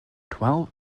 twelve